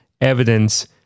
evidence